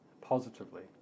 positively